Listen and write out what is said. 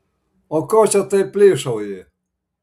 o ko čia taip plyšauji